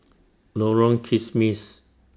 Lorong Kismis